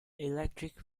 electric